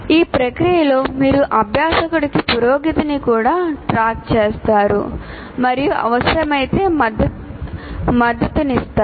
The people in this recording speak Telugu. ఆ ప్రక్రియలో మీరు అభ్యాసకుడి పురోగతిని కూడా ట్రాక్ చేస్తారు మరియు అవసరమైతే మద్దతునిస్తారు